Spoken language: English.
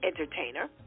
entertainer